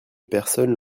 personnes